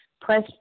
Press